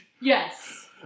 Yes